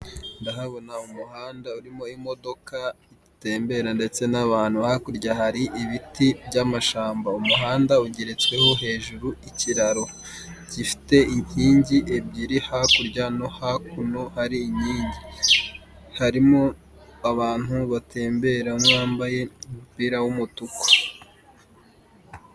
Ndahabona umuhanda urimo imodoka itembera ndetse n'abantu hakurya hari ibiti by'amashamba umuhanda ugeretsweho hejuru ikiraro, gifite inkingi ebyiri hakurya no hakuno hari inkingi. Harimo abantu batemberamo bambaye umupira w'umutuku.